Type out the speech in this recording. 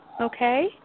Okay